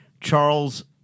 Charles